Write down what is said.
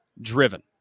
driven